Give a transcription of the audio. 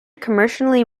commercially